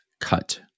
cut